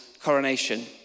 coronation